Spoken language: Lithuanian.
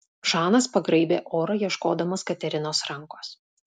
žanas pagraibė orą ieškodamas katerinos rankos